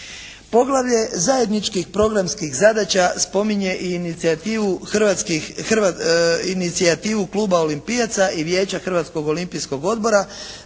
Poglavlje zajedničkih programskih zadaća spominje i inicijativu Kluba olimpijaca i Vijeća Hrvatskog olimpijskog odbora